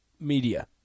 media